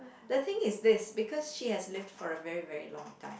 the thing is this because she has lived for a very very long time